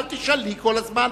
אל תשאלי כל הזמן,